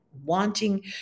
wanting